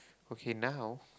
okay now